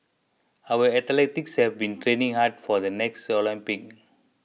our athletes have been training hard for the next Olympics